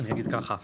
אני אגיד ככה,